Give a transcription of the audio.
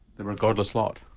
they're a godless lot.